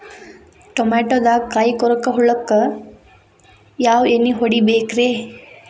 ಟಮಾಟೊದಾಗ ಕಾಯಿಕೊರಕ ಹುಳಕ್ಕ ಯಾವ ಎಣ್ಣಿ ಹೊಡಿಬೇಕ್ರೇ?